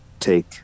Take